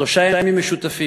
שלושה ימים משותפים,